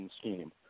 scheme